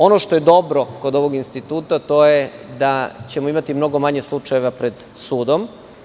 Ono što je dobro kod ovog instituta, to je da ćemo imati mnogo manje slučajeva pred sudom.